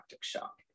shock